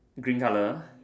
green color